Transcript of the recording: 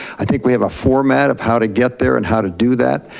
i think we have a format of how to get there and how to do that,